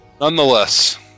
Nonetheless